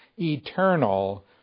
eternal